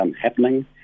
happening